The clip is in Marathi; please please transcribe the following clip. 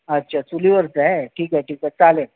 अच्छा चुलीवरचं आहे ठीक आहे ठीक आहे चालेल